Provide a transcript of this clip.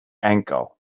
ankle